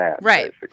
right